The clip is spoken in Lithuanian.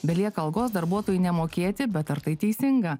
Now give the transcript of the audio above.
belieka algos darbuotojui nemokėti bet ar tai teisinga